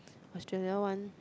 Australia one